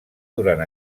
durant